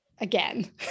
again